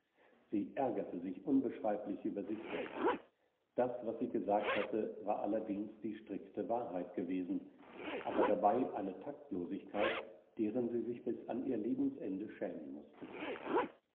sie ärgerte sich unbeschreiblich über sich selbst das was sie gesagt hatte war allerdings die strikte wahrheit gewesen aber dabei eine taktlosigkeit deren sie sich bis an ihr lebensende schämen mußte